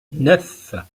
neuf